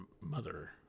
mother